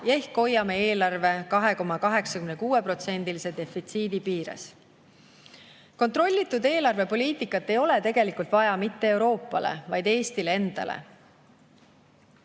ehk hoiame eelarve 2,86%‑lise defitsiidi piires. Kontrollitud eelarvepoliitikat ei ole tegelikult vaja mitte Euroopale, vaid Eestile endale.